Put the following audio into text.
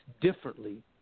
differently